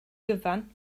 gyfan